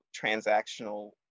transactional